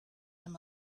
them